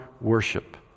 worship